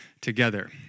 together